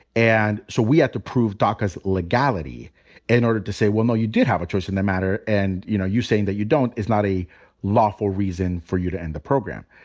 and so we had to prove daca's legality in order to say, well, no, you did have a choice in the matter. and, you know, you saying that you don't is not a lawful reason for you to end the program.